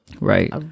Right